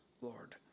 Lord